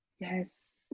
yes